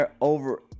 over